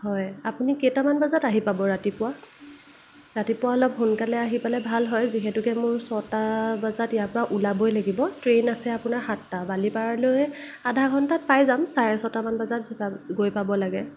হয় আপুনি কেইটামান বজাত আহি পাব ৰাতিপুৱা ৰাতিপুৱা অলপ সোনকালে আহি পালে ভাল হয় যিহেতুকে মোৰ ছটা বজাত ইয়াৰপৰা ওলাবই লাগিব ট্ৰেইন আছে আপোনাৰ সাতটাত বালিপাৰালৈ আধা ঘণ্টাত পাই যাম চাৰে ছটা মান বজাত গৈ পাব লাগে